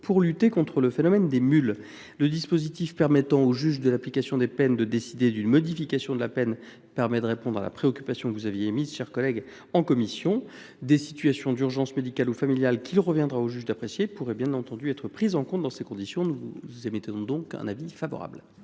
pour lutter contre le phénomène des mules. Le dispositif permettant au juge de l’application des peines de décider d’une modification de la peine vise à répondre à la préoccupation que vous aviez formulée, cher collègue, en commission. Des situations d’urgence médicale ou familiale, qu’il reviendra au juge d’apprécier, pourraient bien être prises en compte dans ces conditions. La commission émet donc un avis favorable